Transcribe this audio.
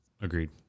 Agreed